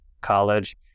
college